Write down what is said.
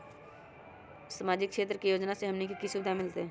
सामाजिक क्षेत्र के योजना से हमनी के की सुविधा मिलतै?